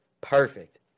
perfect